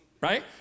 right